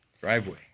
Driveway